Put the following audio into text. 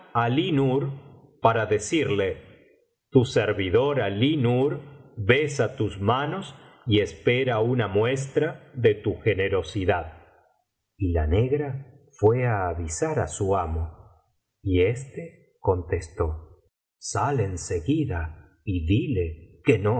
alí nur para decirle tu servidor alí nur besa tus manos y espera una muestra de tu generosidad y la negra fué á avisar á su amo y éste contestó sal en seguida y dile que no